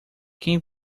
quem